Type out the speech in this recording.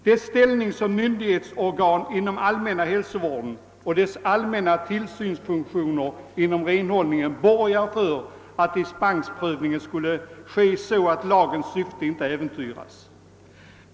Dess ställning som myndighetsorgan inom allmänna hälsovården och dess allmänna tillsynsfunktioner inom renhållningen borgar för att dispensprövningen skulle ske så att lagens syfte inte äventyrades.